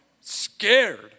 scared